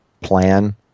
plan